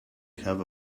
have